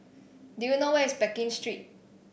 do you know where is Pekin Street